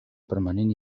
permanent